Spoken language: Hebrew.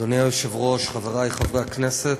אדוני היושב-ראש, חברי חברי הכנסת,